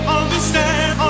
understand